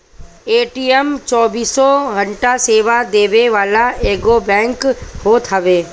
ATM चौबीसों घंटा सेवा देवे वाला एगो बैंक होत हवे